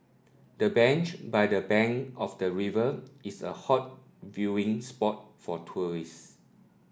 the bench by the bank of the river is a hot viewing spot for tourists